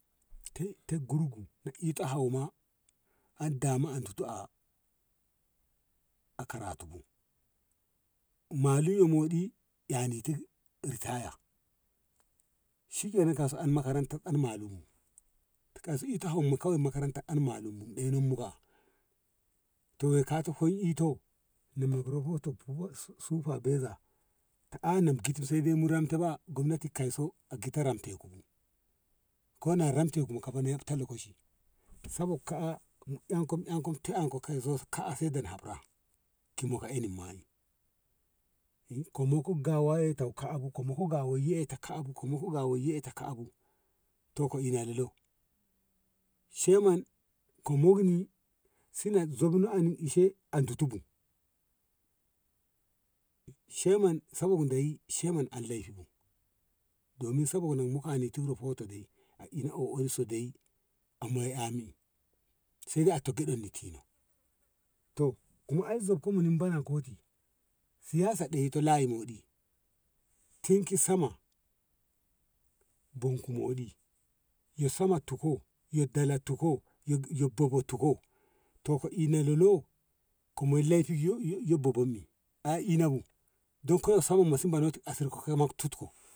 tei tei gurgu ita hau ma an dama an tutu ah karatu bu malu moɗi a eh ni ti ritaya shikenan kaso an makaranta an malu bu yo kato foi yi to na mek rohoto ki s- sufabiza ta anam kiti sai dai mu raman to gobnati kauso a gito ramon ku bu bu ko na ramyte ku sai na yabte ki lokaci sabog ka a em kom em kom te em ka sai da na habra muka eni komo ko gawa ko eh bu komo ga wai ye ka a bu to ka ina lolo ciyaman ko mokni sina zokni ani yin ishe a duti bu ciyaman sabo dei ciyaman han leihi bu domin sabog ani ti rohoto dai a ini oh ari so dai amma ami sai eto gyadon ni to mu zab ko ni manan ko ti siyasa kayo layi moɗi tin ki sama bon ku moɗi yo sam tu go yo dalat tu go to ko ina lolo ko moi laifi yo bon modi don sama mon ti asir ko kai ma tik ko.